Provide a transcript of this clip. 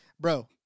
bro